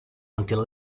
until